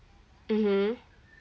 mmhmm